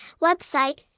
website